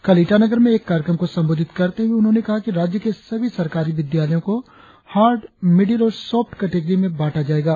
कल ईटानगर में एक कार्यक्रम को संबोधित करते हुए उन्होंने कहा कि राज्य के सभी सरकारी विद्यालयों को हार्ड मिडिल और साफ्ट कटेगरी में बाटा जायेगा